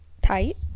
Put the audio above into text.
tight